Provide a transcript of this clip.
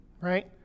right